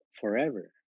forever